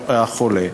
החולה,